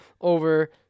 over